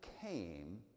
came